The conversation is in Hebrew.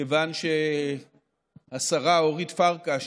כיוון שהשרה אורית פרקש